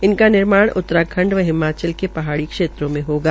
इनका निर्माण उत्तराखंड व हिमाचल के पहाडिय़ों क्षेत्रों में होगा